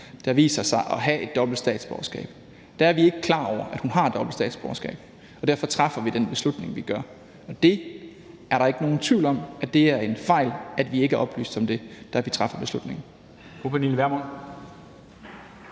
der viser sig at have et dobbelt statsborgerskab, er vi ikke klar over, at hun har dobbelt statsborgerskab, og derfor træffer vi den beslutning, vi gør. Der er ikke nogen tvivl om, at det er en fejl, at vi ikke er oplyst om det, da vi træffer beslutningen.